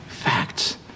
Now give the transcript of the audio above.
Facts